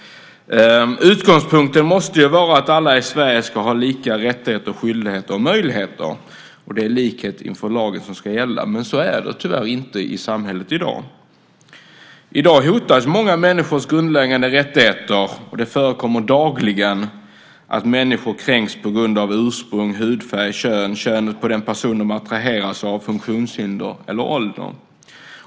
Utgångspunkten måste vara att alla i Sverige ska ha lika rättigheter, skyldigheter och möjligheter. Det är likhet inför lagen som ska gälla. Men så är det tyvärr inte i samhället i dag. I dag hotas många människors grundläggande rättigheter, och det förekommer dagligen att människor kränks på grund av ursprung, hudfärg, kön, könet på den person de attraheras av, funktionshinder eller ålder.